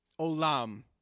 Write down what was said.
Olam